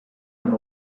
hun